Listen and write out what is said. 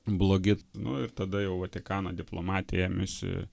blogi nu ir tada jau vatikano diplomatija ėmėsi